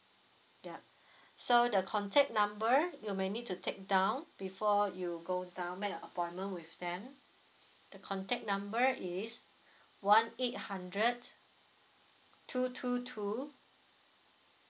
ya so the contact number you may need to take down before you go down make an appointment with them the contact number is one eight hundred two two two